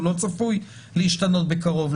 הוא לא צפוי להשתנות בקרוב,